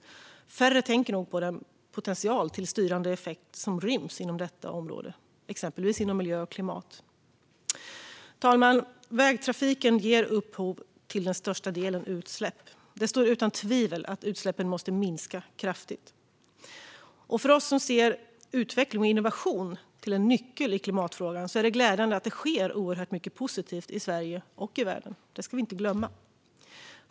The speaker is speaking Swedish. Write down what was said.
Färre tänker nog på den potential till styrande effekt som ryms inom detta område, exempelvis inom miljö och klimat. Fru talman! Vägtrafiken ger upphov till den största delen utsläpp. Det står utom tvivel att utsläppen måste minska kraftigt. För oss som ser utveckling och innovation som en nyckel i klimatfrågan är det glädjande att det sker oerhört mycket positivt i Sverige och i världen. Det ska vi inte glömma.